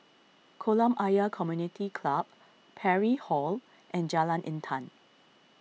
Kolam Ayer Community Club Parry Hall and Jalan Intan